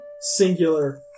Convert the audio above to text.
Singular